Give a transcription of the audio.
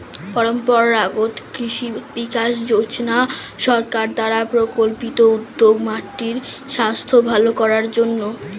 পরম্পরাগত কৃষি বিকাশ যোজনা সরকার দ্বারা পরিকল্পিত উদ্যোগ মাটির স্বাস্থ্য ভাল করার জন্যে